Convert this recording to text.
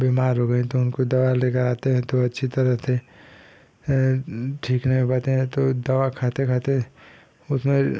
बीमार हो गईं तो उनको दवा लेकर आते हैं तो अच्छी तरह से ठीक नहीं हो पाते हैं तो दवा खाते खाते उसमें